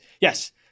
Yes